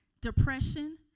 depression